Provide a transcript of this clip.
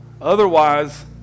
otherwise